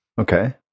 Okay